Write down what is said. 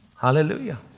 Hallelujah